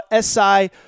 SI